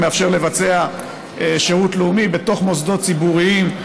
מאפשר לבצע שירות לאומי במוסדות ציבוריים,